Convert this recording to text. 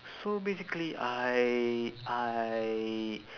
so basically I I